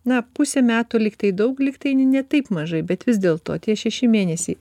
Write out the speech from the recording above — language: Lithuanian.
na pusę metų lyg tai daug lyg tai ne taip mažai bet vis dėlto tie šeši mėnesi